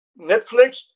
Netflix